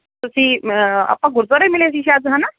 ਤੁਸੀਂ ਮ ਆਪਾਂ ਗੁਰਦੁਆਰੇ ਮਿਲੇ ਸੀ ਸ਼ਾਇਦ ਹੈ ਨਾ